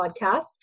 podcast